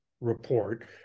report